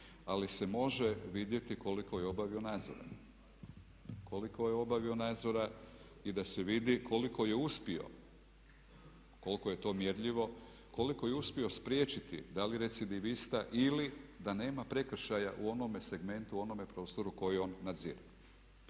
ali se može vidjeti koliko je obavio nadzora i da se vidi koliko je uspio, koliko je to mjerljivo, koliko je uspio spriječiti recidivista ili da nema prekršaja u onome segmentu u onome prostoru koji on nadzire.